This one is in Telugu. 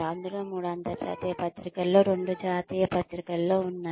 అందులో మూడు అంతర్జాతీయ పత్రికలలో రెండు జాతీయ పత్రికలలో ఉన్నాయి